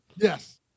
Yes